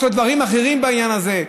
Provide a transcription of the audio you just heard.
יש לו דברים אחרים בעניין הזה,